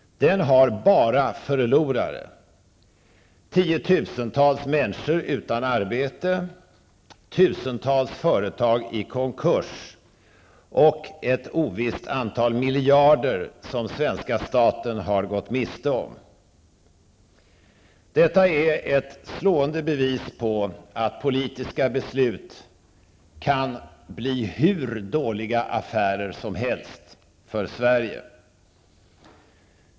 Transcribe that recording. Den har bara förlorare: tiotusentals människor utan arbete, tusentals företag i konkurs -- och ett ovisst antal miljarder har svenska staten gått miste om. Det är ett slående bevis på att politiska beslut kan bli hur dåliga affärer som helst för Sverige.